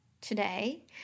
today